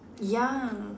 ya